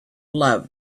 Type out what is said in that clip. love